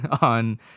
on